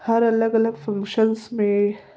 हरु अलॻि अलॻि फ़ंक्शन्स में